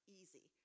easy